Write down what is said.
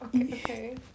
Okay